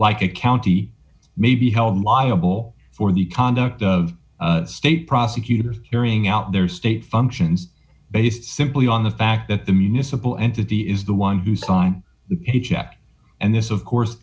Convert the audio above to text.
like a county may be held liable for the conduct of state prosecutors carrying out their state functions based simply on the fact that the municipal entity is the one who signed the paycheck and this of course